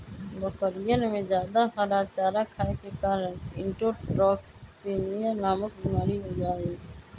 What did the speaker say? बकरियन में जादा हरा चारा खाये के कारण इंट्रोटॉक्सिमिया नामक बिमारी हो जाहई